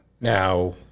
Now